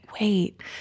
wait